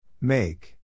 Make